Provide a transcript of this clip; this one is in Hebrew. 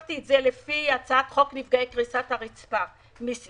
השוויתי את זה להצעת חוק נפגעי קריסת הרצפה באסון ורסאי,